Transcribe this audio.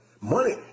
Money